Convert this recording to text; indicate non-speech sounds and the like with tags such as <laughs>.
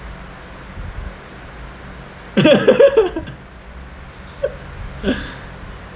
<laughs>